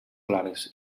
clares